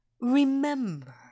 Remember